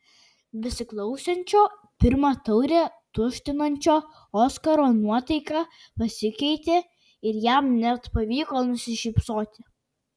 besiklausančio pirmą taurę tuštinančio oskaro nuotaika pasikeitė ir jam net pavyko nusišypsoti